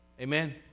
Amen